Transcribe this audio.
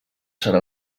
serà